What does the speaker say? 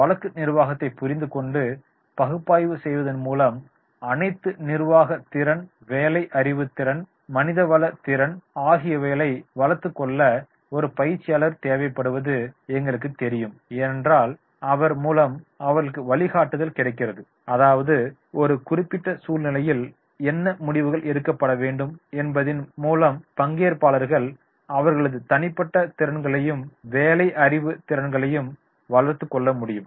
வழக்கு நிர்வாகத்தை புரிந்துகொண்டு பகுப்பாய்வு செய்வதன் மூலம் அனைத்து நிர்வாக திறன் வேலை அறிவு திறன் மனிதவள திறன் ஆகியவகைகளை வளர்த்துக் கொள்ள ஒரு பயிற்சியாளர் தேவைப்படுவது எங்களுக்குத் தெரியும் ஏன்னென்றால் அவர் மூலம் அவர்களுக்கு வழிகாட்டுதல் கிடைக்கிறது அதாவது ஒரு குறிப்பிட்ட சூழ்நிலையில் என்ன முடிவுகள் எடுக்கப்பட வேண்டும் என்பதின் மூலம் பங்கேற்பாளர்கள் அவர்களது தனிப்பட்ட திறன்களையும் வேலை அறிவு திறன்களையும் வளர்த்துக் கொள்ள முடியும்